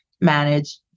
manage